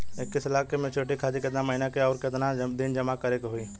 इक्कीस लाख के मचुरिती खातिर केतना के महीना आउरकेतना दिन जमा करे के होई?